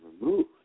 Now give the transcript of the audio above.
removed